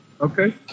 Okay